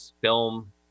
film